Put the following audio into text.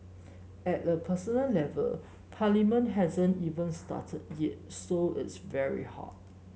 at a personal level Parliament hasn't even started yet so it's very hard